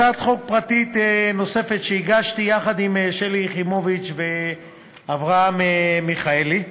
ועם הצעת חוק פרטית נוספת שהגשתי יחד עם שלי יחימוביץ ואברהם מיכאלי.